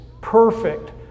perfect